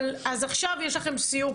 עכשיו יש לכם סיור.